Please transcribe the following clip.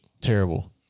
Terrible